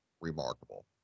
remarkable